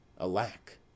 alack